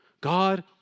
God